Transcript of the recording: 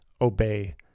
obey